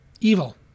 evil